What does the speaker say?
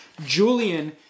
Julian